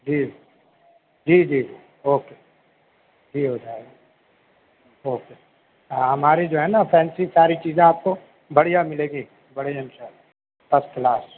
جی جی جی اوکے جی ہو جائے گا اوکے ہاں ہماری جو ہے نا فینسی ساری چیزیں آپ کو بڑھیا ملے گی بڑھیا ان شاء اللہ فسٹ کلاس